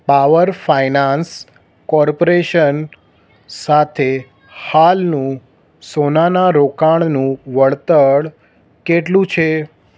power finance corporation સાથે હાલનું સોનાના રોકાણનું વળતર કેટલું છે